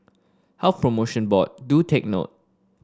Health Promotion Board do take note